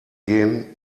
gehen